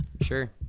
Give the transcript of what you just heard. sure